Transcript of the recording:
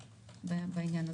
הסיעות בעניין הזה.